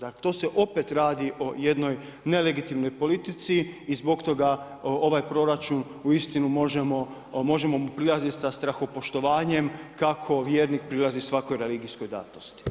Dakle, to se opet radi o jednoj nelegitimnoj politici i zbog toga ovaj proračun uistinu možemo mu prilaziti sa strahopoštovanjem kako vjernik prilazi svakoj religijskoj datosti.